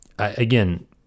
Again